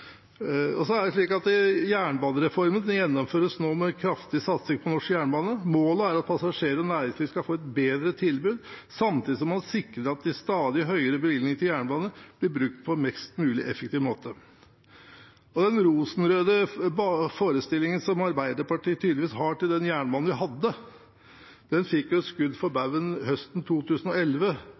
Jernbanereformen gjennomføres nå med kraftig satsing på norsk jernbane. Målet er at passasjerer og næringsliv skal få et bedre tilbud, samtidig som man sikrer at de stadig høyere bevilgningene til jernbane blir brukt på mest mulig effektiv måte. Når det gjelder den rosenrøde forestillingen som Arbeiderpartiet tydeligvis har om den jernbanen vi hadde, fikk den et skudd for baugen høsten 2011.